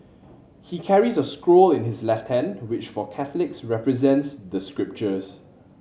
he carries a scroll in his left hand which for Catholics represents the scriptures